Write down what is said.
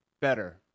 better